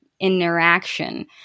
interaction